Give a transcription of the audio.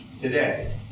today